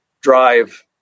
drive